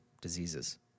diseases